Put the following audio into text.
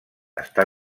està